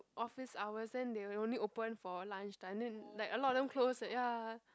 office hours then they only open for lunch time then like a lot of them closed ya